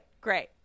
great